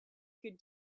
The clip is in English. could